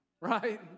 right